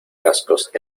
cascos